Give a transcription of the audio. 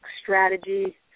strategy